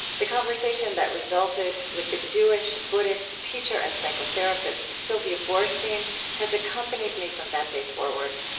the conversation that resulted with the jewish-buddhist teacher and psychotherapist sylvia boorstein has accompanied me from that day forward.